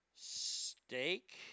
steak